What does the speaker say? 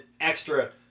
extra